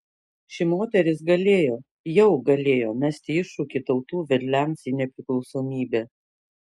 ši moteris galėjo jau galėjo mesti iššūkį tautų vedliams į nepriklausomybę